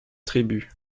tribu